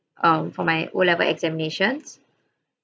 um for my O level examinations